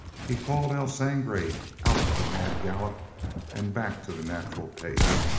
he called el sangre out of the mad gallop and back to the natural pace,